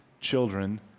children